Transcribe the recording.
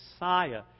Messiah